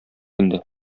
инде